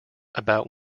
about